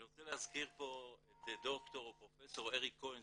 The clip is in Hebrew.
אני רוצה להזכיר פה את פרופ' אריק כהן ז"ל,